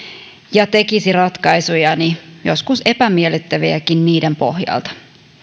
ja tekisi ratkaisujani joskus epämiellyttäviäkin niiden pohjalta